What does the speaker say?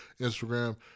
Instagram